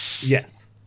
Yes